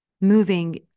Moving